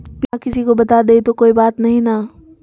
पिनमा किसी को बता देई तो कोइ बात नहि ना?